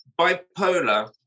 bipolar